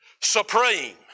supreme